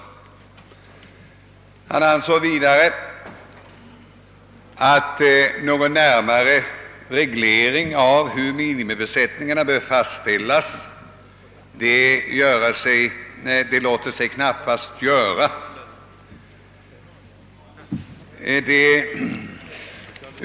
Han ansåg vidare att en närmare reglering av hur minimibesättning för olika fartyg skall bestämmas knappast går att genomföra.